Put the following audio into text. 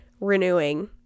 renewing